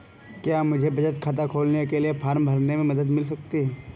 क्या मुझे बचत खाता खोलने के लिए फॉर्म भरने में मदद मिल सकती है?